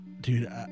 dude